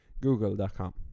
google.com